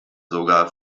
sogar